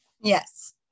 yes